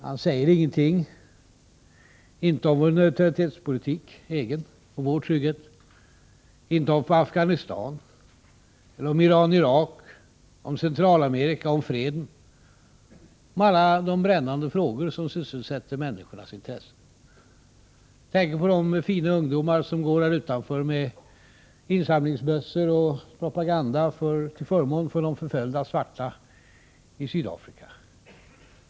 Han säger ingenting — inte om vår egen neutralitetspolitik och vår trygghet, inte om Afghanistan eller om Iran-Irak, inte om Centralamerika, eller om freden och alla de brännande frågor som sysselsätter människornas tankar. Jag tänker på de fina ungdomar som går här utanför med insamlingsbössor och propaganda till förmån för de förföljda svarta i Sydafrika.